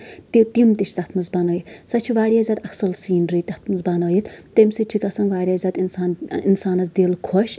تہٕ تِم تہِ چھِ تَتھ منٛز بَنٲیِتھ سۄ چھ واریاہ زیادٕ اَصٕل سیٖنری تَتھ منٛز بَنٲیِتھ تَمہِ سۭتۍ چھُ گژھان واریاہ زیادٕ اِنسانَس دِل خۄش